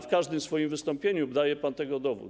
W każdym swoim wystąpieniu daje pan tego dowód.